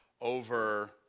over